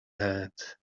head